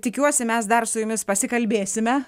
tikiuosi mes dar su jumis pasikalbėsime